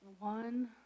one